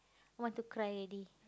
want to cry already